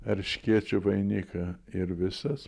erškėčių vainiką ir visas